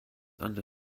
under